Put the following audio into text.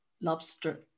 Lobster